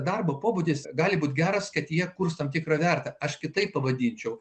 darbo pobūdis gali būti geras kad jie kurs tam tikrą vertę aš kitaip pavadinčiau